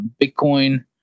Bitcoin